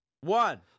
one